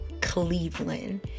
Cleveland